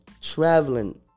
traveling